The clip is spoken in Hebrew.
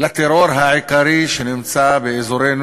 לטרור העיקרי שנמצא באזורנו,